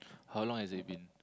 how long has it been